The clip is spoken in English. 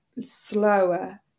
Slower